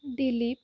Dilip